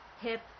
hip